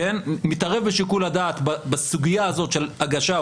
מתערב בשיקול הדעת בסוגייה הזאת של הגש או